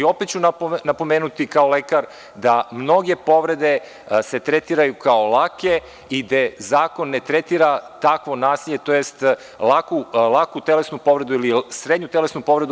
Opet ću napomenuti kao lekar da mnoge povrede se tretiraju kao lake i da zakon ne tretira takvo nasilje tj. ne tretira laku telesnu povredu, srednju telesnu povredu.